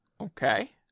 Okay